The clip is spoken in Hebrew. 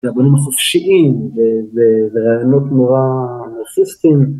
והבונים החופשיים ורעיונות נורא אנרכיסטים